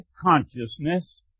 consciousness